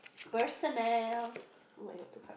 personnel oh-my-God two card